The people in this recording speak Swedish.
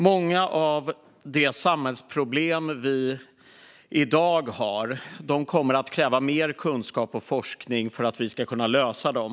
Många av dagens samhällsproblem kommer att kräva mer kunskap och forskning för att man ska kunna lösa dem.